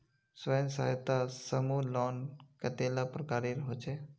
स्वयं सहायता समूह लोन कतेला प्रकारेर होचे?